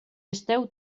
esteu